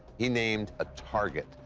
he named a target,